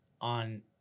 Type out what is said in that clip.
On